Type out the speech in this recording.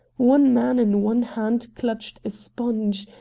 one man in one hand clutched a sponge,